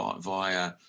via